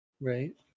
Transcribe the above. Right